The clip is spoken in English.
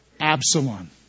Absalom